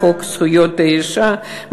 חוק זכויות האישה,